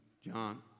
John